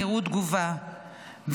מהירות תגובה,